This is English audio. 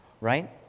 right